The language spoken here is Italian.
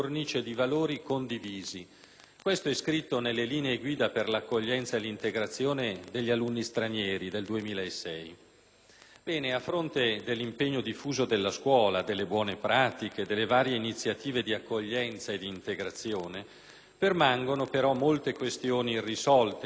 Questo è scritto nelle Linee guida per l'accoglienza e l'integrazione degli alunni stranieri del 2006. A fronte dell'impegno diffuso della scuola, delle buone pratiche, delle varie iniziative di accoglienza e di integrazione, permangono però molte questioni irrisolte nel processo d'integrazione.